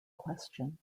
question